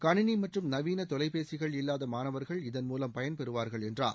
கணினி மற்றும் நவீன தொலைபேசிகள் இல்லாத மாணவர்கள் இதன் மூலம் பயன்பெறுவார்கள் என்றார்